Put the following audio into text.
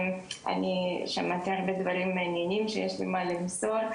אני שמעתי הרבה דברים מעניינים שיש לי מה למסור.